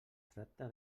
tracta